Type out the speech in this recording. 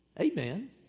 Amen